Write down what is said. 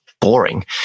boring